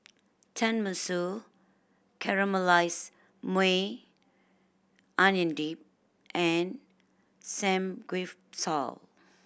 Tenmusu Caramelized Maui Onion Dip and Samgyeopsal